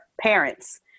parents